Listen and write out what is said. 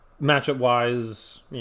matchup-wise